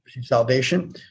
salvation